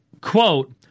Quote